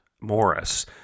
Morris